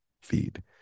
feed